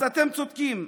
אז אתם צודקים,